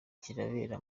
kirabera